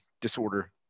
disorder